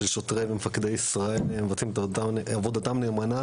של שוטרי ומפקדי ישראל מבצעים את עבודתם נאמנה